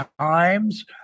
times